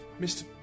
Mr